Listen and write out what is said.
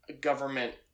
government